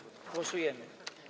Głosujemy.